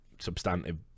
substantive